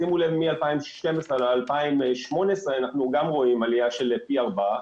שימו לב מ-2012 עד 2018 אנחנו גם רואים עלייה של פי ארבע.